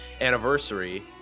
anniversary